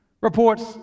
reports